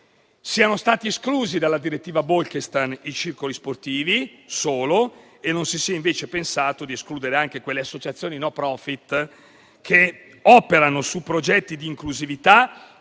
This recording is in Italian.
siano stati esclusi dalla direttiva Bolkestein solo i circoli sportivi e non si sia invece pensato di escludere anche quelle associazioni *non profit* che operano su progetti di inclusività